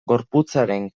gorputzaren